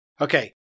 Okay